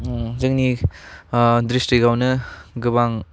ओम जोंनि ओह ड्रिस्टिकआवनो गोबां